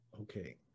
Okay